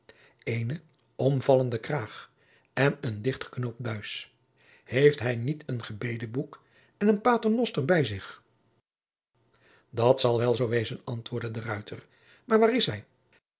eene omvallende kraag en een dichtgeknoopt buis heeft hij niet een gebedenboek en een paternoster bij zich dat zal wel zoo wezen antwoordde de ruiter maar waar is hij